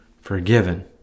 forgiven